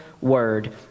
word